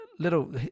little